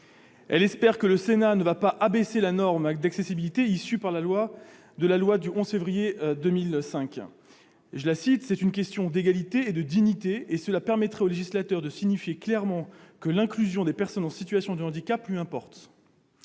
Elle espère que le Sénat ne va pas abaisser la norme d'accessibilité issue de la loi du 11 février 2005. « C'est une question d'égalité et de dignité, déclare-t-elle, et cela permettrait au législateur de signifier clairement que l'inclusion des personnes en situation de handicap lui importe. »